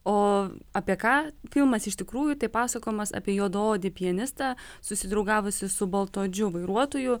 o apie ką filmas iš tikrųjų tai pasakojimas apie juodaodį pianistą susidraugavusį su baltaodžiu vairuotoju